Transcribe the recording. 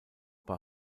bei